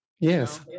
Yes